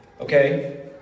Okay